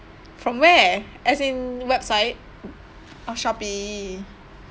from where as in website orh Shopee